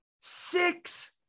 six